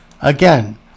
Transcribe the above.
Again